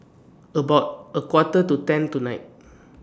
about A Quarter to ten tonight